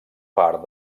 part